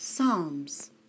Psalms